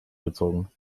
gezogen